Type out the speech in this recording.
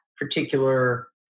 particular